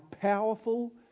powerful